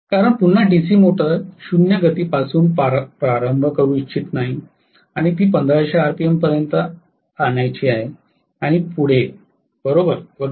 कारण पुन्हा DC motor 0 गतीपासून प्रारंभ करू इच्छित नाही आणि ती 1500 आरपीएम पर्यंत आणा आणि पुढे वगैरे